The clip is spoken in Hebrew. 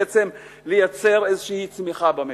בעצם לייצר איזו צמיחה במשק?